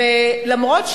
ואגב,